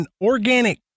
organic